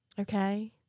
okay